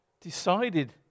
decided